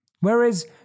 Whereas